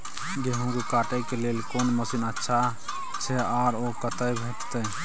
गेहूं के काटे के लेल कोन मसीन अच्छा छै आर ओ कतय भेटत?